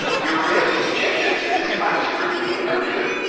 you are rarely subjected to this kind of scrutiny and review.